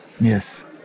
Yes